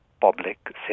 public